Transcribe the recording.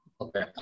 Okay